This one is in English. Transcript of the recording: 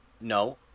No